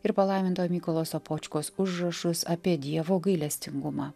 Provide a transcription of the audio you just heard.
ir palaiminto mykolo sopočkos užrašus apie dievo gailestingumą